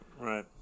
Right